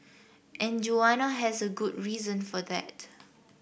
and Joanna has a good reason for that